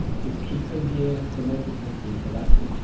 to keep them here, to make the country productive,